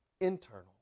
internal